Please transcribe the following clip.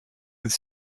with